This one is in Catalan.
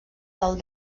del